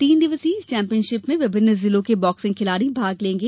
तीन दिवसीय इस चैम्पियनशिप में विभिन्न जिलों के बॉक्सिंग खिलाड़ी भाग लेंगे